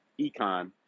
econ